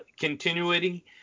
continuity